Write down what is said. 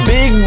Big